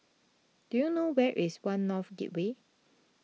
do you know where is one North Gateway